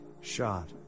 shot